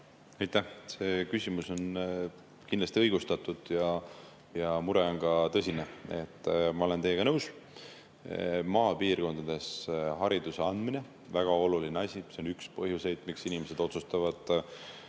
Aitäh! Küsimus on kindlasti õigustatud ja mure on ka tõsine, ma olen teiega nõus. Maapiirkondades hariduse andmine on väga oluline asi ja see on üks põhjustest, miks inimesed otsustavad